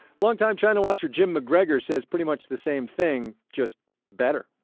longtime china-watcher jim mcgregor says pretty much the same thing, just better.